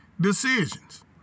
decisions